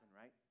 right